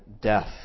death